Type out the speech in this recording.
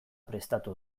prestatu